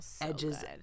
edges